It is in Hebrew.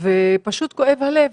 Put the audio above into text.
ופשוט כואב הלב.